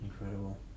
Incredible